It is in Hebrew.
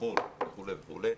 המחול וכולי,